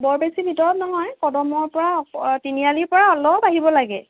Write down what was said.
বৰ বেছি ভিতৰত নহয় কদমৰ পৰা তিনিআলিৰ পৰা অলপ আহিব লাগে